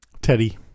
Teddy